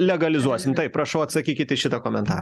legalizuosim taip prašau atsakykit į šitą komentarą